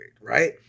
right